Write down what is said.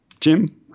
jim